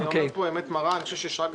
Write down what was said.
אני אומר פה אמת מרה, אני חושב ששרגא